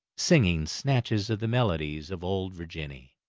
singing snatches of the melodies of old virginny.